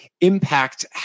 impact